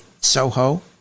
Soho